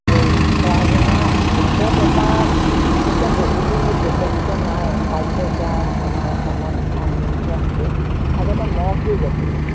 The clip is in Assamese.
এই সেৱা জনোৱাৰ আগত এটা এতিয়া বহুদিন প্ৰচলিত নাই এঠাইতহে এতিয়া আমাৰ অসমত হৈছে আগতে মহযুঁজ আছিলে